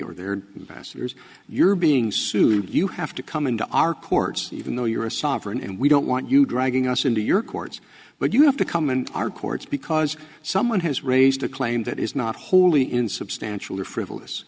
we're their masters you're being sued you have to come into our courts even though you're a sovereign and we don't want you dragging us into your courts but you have to come and our courts because someone has raised a claim that is not wholly insubstantial or frivolous